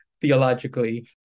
theologically